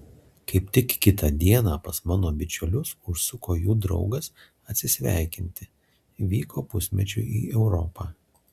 kaip tik kitą dieną pas mano bičiulius užsuko jų draugas atsisveikinti vyko pusmečiui į europą